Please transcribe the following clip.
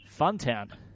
Funtown